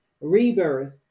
rebirth